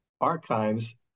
archives